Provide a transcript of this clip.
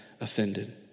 offended